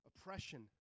oppression